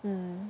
mm